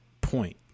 point